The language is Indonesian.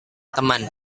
teman